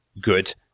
good